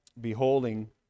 beholding